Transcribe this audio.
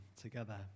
together